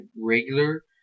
regular